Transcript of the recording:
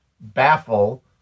baffle